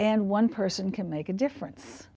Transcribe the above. and one person can make a difference